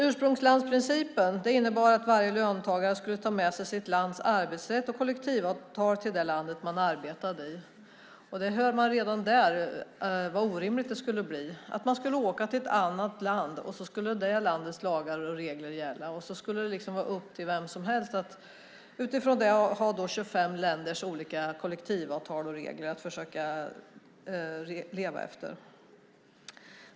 Ursprungslandsprincipen innebar att varje löntagare skulle ta med sig sitt lands arbetsrätt och kollektivavtal till det land man arbetar i. Vi hör redan där hur orimligt det skulle bli. Man ska åka till ett annat land, och det egna landets lagar och regler ska gälla. Det skulle vara upp till vem som helst att utifrån det ha 25 länders olika kollektivavtal och regler att leva efter.